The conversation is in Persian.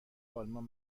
آلمان